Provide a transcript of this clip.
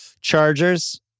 Chargers